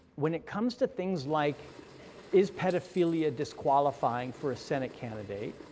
when it comes to things like is pedophilia disqualifying for a senate candidate?